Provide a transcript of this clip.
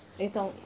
你懂